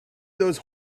those